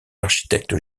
l’architecte